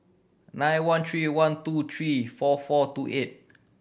nine one three one two three four four two eight